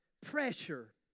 pressure